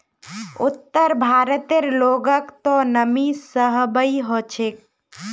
उत्तर भारतेर लोगक त नमी सहबइ ह छेक